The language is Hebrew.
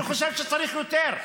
אני חושב שצריך יותר,